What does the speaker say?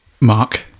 Mark